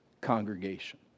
congregation